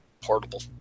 portable